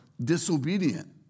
disobedient